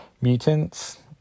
mutants